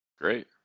Great